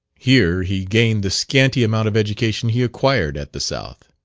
here he gained the scanty amount of education he acquired at the south.